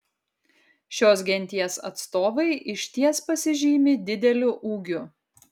šios genties atstovai išties pasižymi dideliu ūgiu